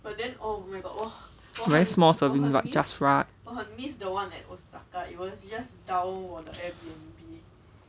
very small serving but just right